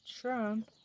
Trump